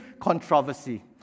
controversy